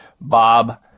Bob